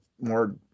more